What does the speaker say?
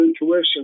intuition